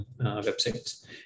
websites